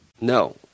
No